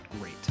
Great